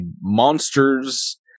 monsters